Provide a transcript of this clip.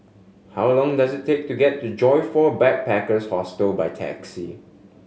how long does it take to get to Joyfor Backpackers' Hostel by taxi